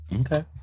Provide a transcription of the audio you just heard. Okay